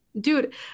dude